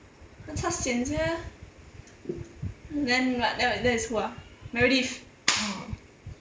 sian sia then like the~ then is who ah meredith